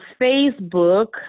Facebook